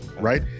right